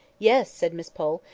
yes! said miss pole,